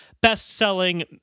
best-selling